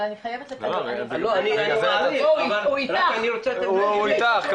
אבל אני חייבת לציין --- הוא איתך הוא איתך,